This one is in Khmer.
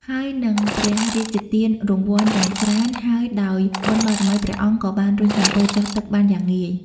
ហើយនឹងព្រះរាជទានរង្វាន់យ៉ាងច្រើនហើយដោយបុណ្យបារមី ព្រះអង្គក៏បានរុញសំពៅចុះទឹកបានយ៉ាងងាយ។